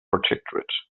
protectorate